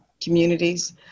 communities